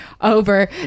over